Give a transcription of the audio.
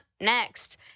next